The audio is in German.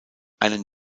einen